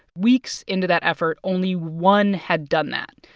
weeks into that effort, only one had done that.